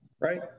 right